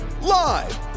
live